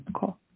cool